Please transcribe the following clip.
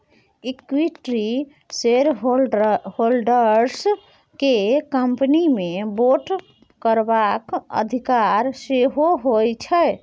equity shareholders केँ company मे vote करबाक अधिकार सेहो होइ छै